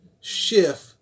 shift